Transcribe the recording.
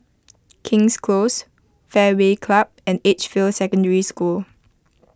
King's Close Fairway Club and Edgefield Secondary School